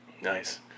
nice